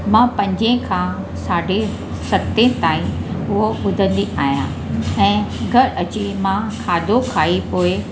मां पंजे खां साढे सते ताईं उहो बुधंदी आहियां ऐं घर अची मां खाधो खाई पोइ